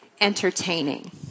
entertaining